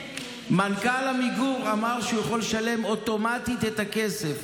מנכ"ל עמיגור אמר שהוא יכול לשלם אוטומטית את הכסף.